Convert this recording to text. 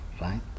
right